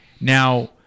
now